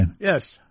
Yes